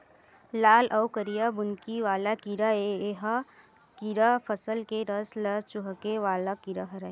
लाल अउ करिया बुंदकी वाला कीरा ए ह कीरा फसल के रस ल चूंहके वाला कीरा हरय